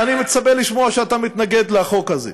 אני מצפה לשמוע שאתה מתנגד לחוק הזה.